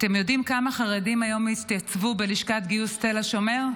אתם יודעים כמה חרדים היום התייצבו בלשכת גיוס תל השומר?